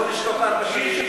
בוא נשתוק ארבע שנים,